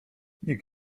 nikt